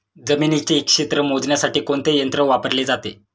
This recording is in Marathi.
जमिनीचे क्षेत्र मोजण्यासाठी कोणते यंत्र वापरले जाते?